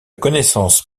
connaissance